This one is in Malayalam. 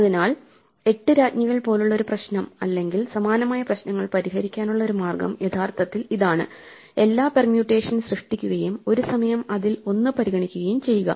അതിനാൽ 8 രാജ്ഞികൾ പോലുള്ള ഒരു പ്രശ്നം അല്ലെങ്കിൽ സമാനമായ പ്രശ്നങ്ങൾ പരിഹരിക്കാനുള്ള ഒരു മാർഗ്ഗം യഥാർത്ഥത്തിൽ ഇതാണ് എല്ലാ പെർമ്യൂട്ടേഷൻ സൃഷ്ടിക്കുകയും ഒരു സമയം അതിൽ ഒന്ന് പരിഗണിക്കുകയും ചെയ്യുക